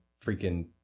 freaking